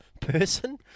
Person